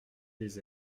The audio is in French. des